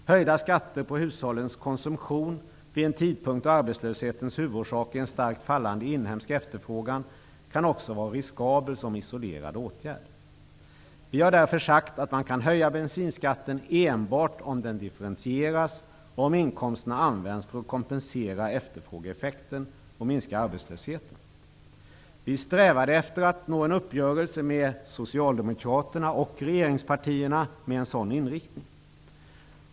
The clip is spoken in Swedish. Höjda skatter på hushållens konsumtion vid en tidpunkt då arbetslöshetens huvudorsak är en starkt fallande inhemsk efterfrågan kan också vara riskabel som isolerad åtgärd. Vi har därför sagt att man kan höja bensinskatten enbart om den differentieras och om inkomsterna används för att kompensera efterfrågeeffekten och minska arbetslösheten. Vi strävade efter att nå en uppgörelse med Socialdemokraterna och regeringspartierna med en sådan inriktning.